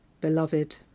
Beloved